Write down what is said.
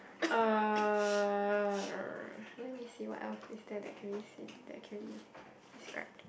uh let me see what is there than can we see that can we describe